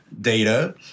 data